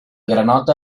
granota